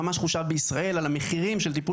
ממש חושב בישראל על המחירים של טיפול